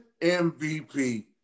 MVP